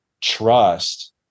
trust